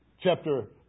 Chapter